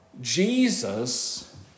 Jesus